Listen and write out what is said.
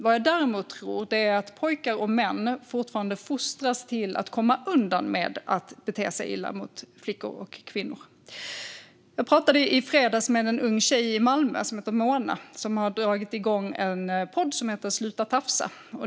Vad jag däremot tror är att pojkar och män fortfarande fostras till att komma undan med att bete sig illa mot flickor och kvinnor. Jag pratade i fredags med en ung tjej i Malmö som heter Mona. Hon har dragit igång en podd som heter Sluta tafsa.